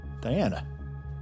Diana